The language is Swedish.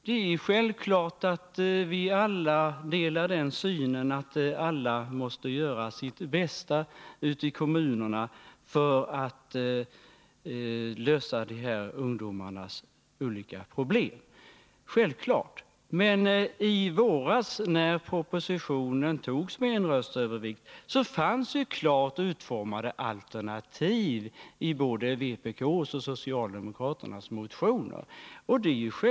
Det är självklart att vi alla har den synen att alla måste göra sitt bästa ute i kommunerna för att lösa de här ungdomarnas olika problem. Men i våras, när propositionen antogs med en rösts övervikt, fanns ju klart utformade alternativ i både vpk:s och socialdemokraternas motioner.